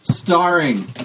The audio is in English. Starring